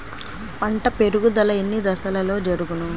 పంట పెరుగుదల ఎన్ని దశలలో జరుగును?